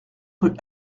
rue